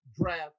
draft